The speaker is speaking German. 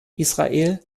israel